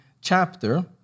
chapter